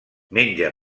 menja